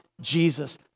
Jesus